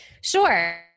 Sure